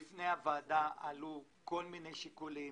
בפני הוועדה עלו כל מיני שיקולים